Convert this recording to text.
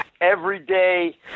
everyday